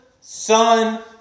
son